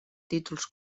títols